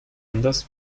anders